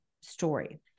story